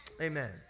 Amen